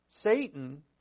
Satan